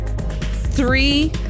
Three